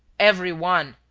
every one.